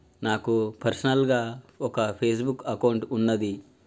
నాకు పర్సనల్ గా ఒక ఫేస్ బుక్ అకౌంట్ వున్నాది